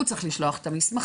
הוא צריך לשלוח את המסמכים,